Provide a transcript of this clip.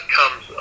comes